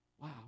Wow